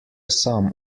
sam